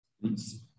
please